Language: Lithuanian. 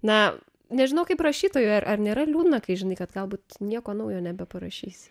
na nežinau kaip rašytojui ar ar nėra liūdna kai žinai kad galbūt nieko naujo nebeparašysi